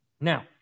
Now